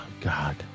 God